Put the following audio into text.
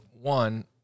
one